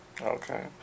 Okay